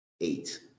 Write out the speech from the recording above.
eight